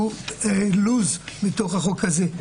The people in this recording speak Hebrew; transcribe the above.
הוא לוז מתוך החוק הזה.